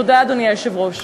תודה, אדוני היושב-ראש.